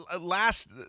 Last